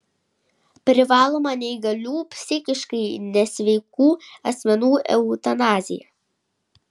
privaloma neįgalių psichiškai nesveikų asmenų eutanazija